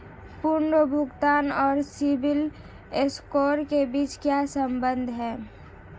पुनर्भुगतान और CIBIL score के बीच क्या संबंध है?